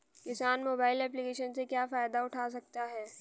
किसान mobile application से क्या फायदा उठा सकता है?